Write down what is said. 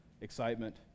excitement